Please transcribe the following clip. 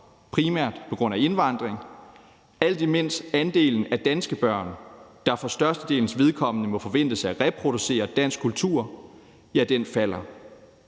primært på grund af indvandring, alt imens andelen af danske børn, der for størstedelens vedkommende må forventes at reproducere dansk kultur, falder.